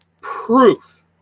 proof